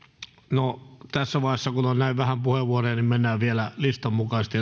no tässä vaiheessa kun on näin vähän puheenvuoroja mennään vielä listan mukaisesti